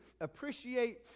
appreciate